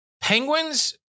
Penguins